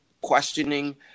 questioning